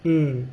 mm